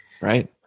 Right